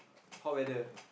hot weather